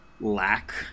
lack